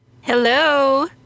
Hello